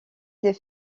des